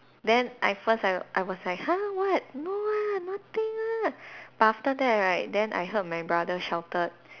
then at first like I was like !huh! what no ah nothing ah but after that right then I heard my brother shouted